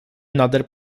nader